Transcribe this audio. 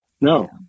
No